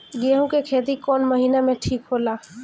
गेहूं के खेती कौन महीना में ठीक होला?